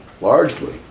largely